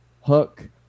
Hook